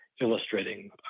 illustrating